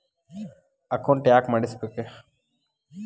Account ಯಾಕ್ ಮಾಡಿಸಬೇಕು?